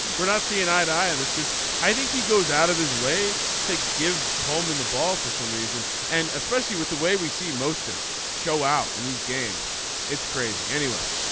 we're not seeing eye to eye on this because i think he goes out of his way to give coleman the ball. for some reason and especially with the way we see most turks show out in these games it's crazy anyway.